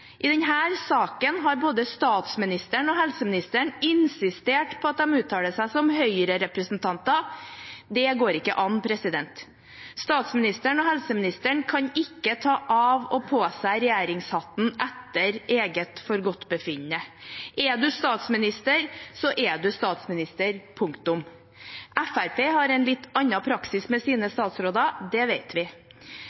I denne saken har både statsministeren og helseministeren insistert på at de uttaler seg som Høyre-representanter. Det går ikke an. Statsministeren og helseministeren kan ikke ta av og på seg regjeringshatten etter eget forgodtbefinnende. Er du statsminister, så er du statsminister – punktum. Fremskrittspartiet har en litt annen praksis med sine